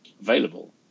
Available